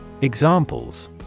Examples